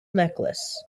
necklace